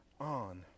on